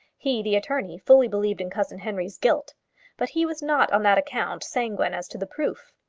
he, the attorney, fully believed in cousin henry's guilt but he was not on that account sanguine as to the proof.